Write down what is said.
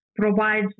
provides